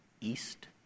East